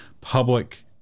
public